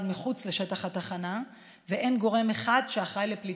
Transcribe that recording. מחוץ לשטח התחנה ואין גורם אחד שאחראי לפליטתו.